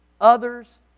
others